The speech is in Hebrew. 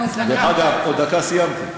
דרך אגב, עוד דקה, סיימתי.